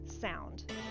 sound